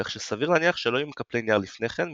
כך שסביר להניח שלא היו מקפלי נייר לפני כן,